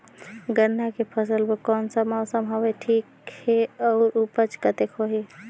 गन्ना के फसल बर कोन सा मौसम हवे ठीक हे अउर ऊपज कतेक होही?